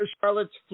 Charlotte's